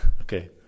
okay